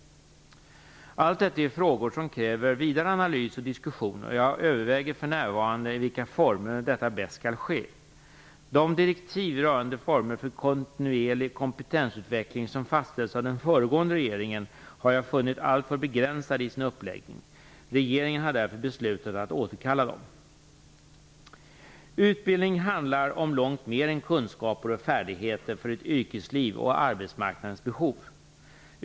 Allt detta är frågor som kräver vidare analys och diskussion, och jag överväger för närvarande i vilka former detta bäst skall ske. De direktiv rörande former för kontinuerlig kompetensutveckling som fastställdes av den föregående regeringen har jag funnit alltför begränsade i sin uppläggning. Regeringen har därför beslutat att återkalla dem. Utbildning handlar om långt mer än kunskaper och färdigheter för ett yrkesliv och arbetsmarknadens behov.